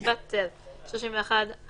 אנחנו נגיע לזה בסוף הדיון,